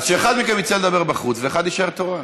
אז שאחד מכם יצא לדבר בחוץ ושאחד יישאר תורן.